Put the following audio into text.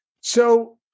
So-